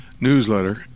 newsletter